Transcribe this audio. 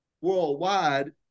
worldwide